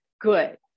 good